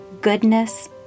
goodness